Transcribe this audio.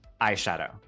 eyeshadow